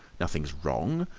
nothing's wrong.